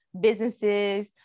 businesses